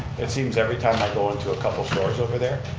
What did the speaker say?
it seems every time i go into a couple stores over there,